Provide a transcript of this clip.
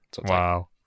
Wow